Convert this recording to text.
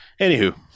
Anywho